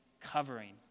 covering